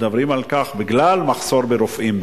מדברים על כך שבגלל מחסור ברופאים,